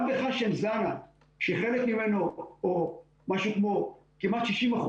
גם בחשם זאנה או משהו כמו כמעט 60%,